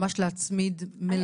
ממש להצמיד מלווה.